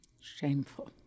Shameful